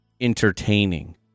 entertaining